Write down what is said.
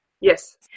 Yes